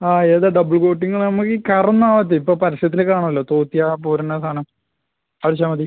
ആ ഏതാണ് double coating നമുക്ക് ഈ കറന്നാൽ മതി ഇപ്പോൾ പരസ്യത്തിൽ കാണുമല്ലോ തൂത്തിയാൽ പോരുന്ന സാധനം അടിച്ചാൽ മതി